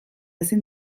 ezin